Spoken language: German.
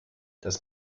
das